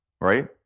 right